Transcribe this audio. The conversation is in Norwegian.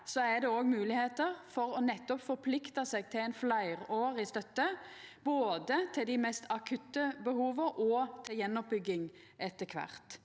er det òg moglegheiter for nettopp å forplikta seg til ei fleirårig støtte, både til dei mest akutte behova og til gjenoppbygging etter kvart.